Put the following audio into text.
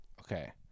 okay